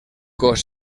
cos